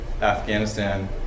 Afghanistan